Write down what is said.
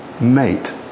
Mate